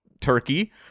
Turkey